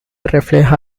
refleja